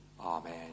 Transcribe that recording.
Amen